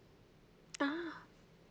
ah